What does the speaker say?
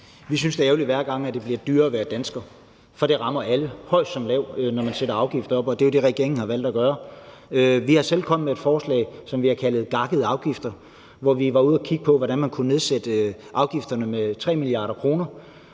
Vi synes, det er ærgerligt, hver gang det bliver dyrere at være dansker, for det rammer alle, høj som lav, når man sætter afgifter op, og det er jo det, regeringen har valgt at gøre. Vi er selv kommet med et forslag, som vi har kaldt gakkede afgifter, hvor vi var ude at kigge på, hvordan man kunne nedsætte afgifterne med 3 mia. kr.,